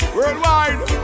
Worldwide